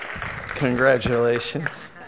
Congratulations